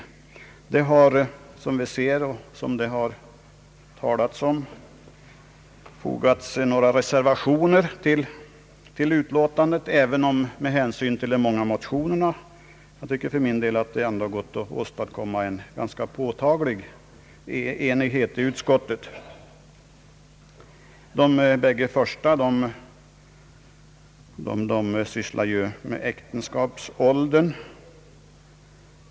Det har fogats några reservationer till utlåtandet, även om vi med tanke på de många motionerna tycker att det gått att åstadkomma en ganska påtaglig enighet i utskottet. De båda första reservationerna gäller äktenskapsåldern.